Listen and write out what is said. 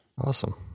Awesome